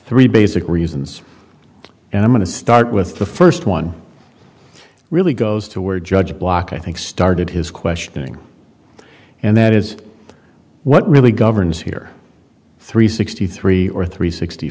three basic reasons and i'm going to start with the first one really goes to where judge block i think started his questioning and that is what really governs here three sixty three or three sixty